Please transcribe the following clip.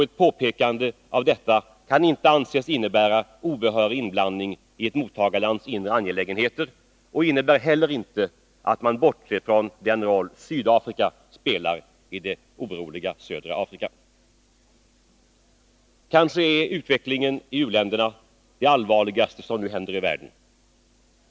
Ett påpekande av detta kan inte anses innebära obehörig inblandning i ett mottagarlands inre angelägenheter, och det innebär heller inte att man bortser från den roll Sydafrika spelar i det oroliga södra Afrika. Kanske är utvecklingen i u-länderna det allvarligaste som nu händer i världen.